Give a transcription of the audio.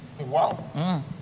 Wow